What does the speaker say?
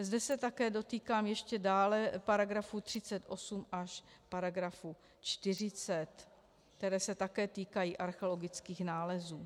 Zde se také dotýkám ještě dále § 38 až § 40, které se také týkají archeologických nálezů.